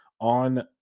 On